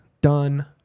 done